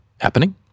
happening